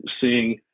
seeing